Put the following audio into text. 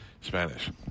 Spanish